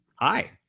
hi